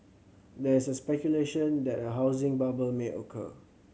there is a speculation that a housing bubble may occur